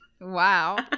Wow